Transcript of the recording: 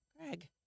Greg